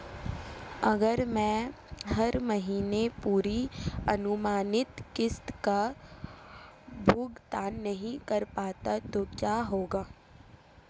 अगर मैं हर महीने पूरी अनुमानित किश्त का भुगतान नहीं कर पाता तो क्या होगा?